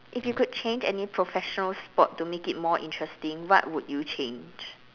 if you could change a new professional sport to make it more interesting what would you change